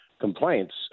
complaints